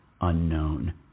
unknown